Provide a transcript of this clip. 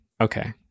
Okay